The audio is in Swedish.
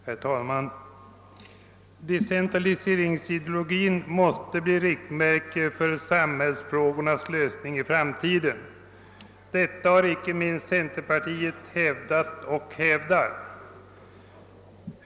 Herr talman! Decentraliseringsideologin måste bli av riktgivande betydelse för samhällsfrågornas lösning i framtiden. Detta är något som icke minst centerpartiet har hävdat och fortsätter att hävda.